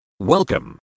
Welcome